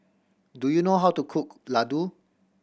do you know how to cook laddu